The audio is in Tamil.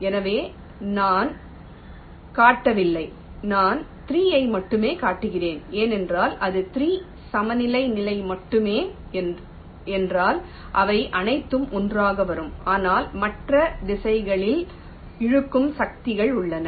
எனவே நான் காட்டவில்லை நான் 3 ஐ மட்டுமே காட்டுகிறேன் ஏனென்றால் அது 3 சமநிலை நிலை மட்டுமே என்றால் அவை அனைத்தும் ஒன்றாக வரும் ஆனால் மற்ற திசைகளிலும் இழுக்கும் சக்திகள் உள்ளன